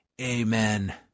Amen